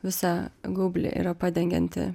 visą gaublį yra padengianti